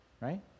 right